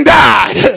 died